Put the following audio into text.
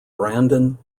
brandon